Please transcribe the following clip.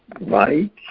right